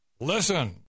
Listen